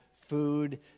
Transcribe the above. food